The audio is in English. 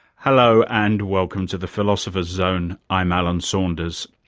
hello, and welcome to the philosopher's zone, i'm alan saunders.